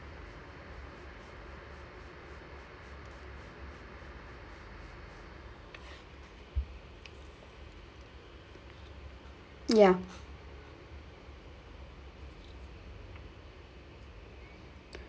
yeah